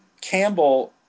Campbell